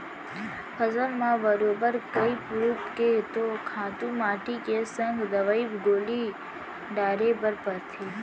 फसल म बरोबर कइ पुरूत के तो खातू माटी के संग दवई गोली डारे बर परथे